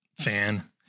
fan